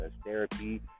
therapy